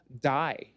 die